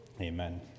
Amen